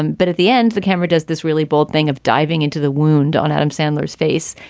um but at the end, the camera does this really bold thing of diving into the wound on adam sandler's face,